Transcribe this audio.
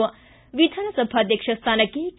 ಿ ವಿಧಾನಸಭಾಧ್ಯಕ್ಷ ಸ್ಥಾನಕ್ಕೆ ಕೆ